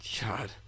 god